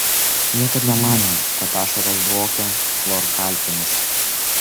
niekad nemanė kad ašaros dvokia chlorkalkėmis